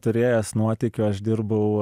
turėjęs nuotykių aš dirbau